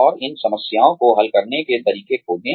और इन समस्याओं को हल करने के तरीके खोजें